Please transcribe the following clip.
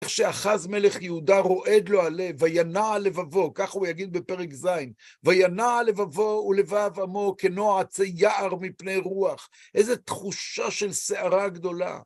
כשאחז מלך יהודה רועד לו הלב, וינע לבבו, כך הוא יגיד בפרק ז', וינע לבבו ולבב עמו כנוע עצי יער מפני רוח. איזו תחושה של סערה גדולה.